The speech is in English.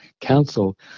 Council